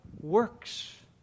works